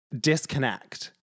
disconnect